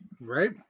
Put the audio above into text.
Right